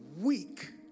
weak